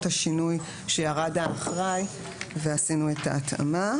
השינוי שירד האחראי ועשינו את ההתאמה,